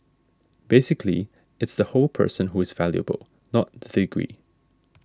basically it's the whole person who is valuable not degree